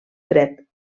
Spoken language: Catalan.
fred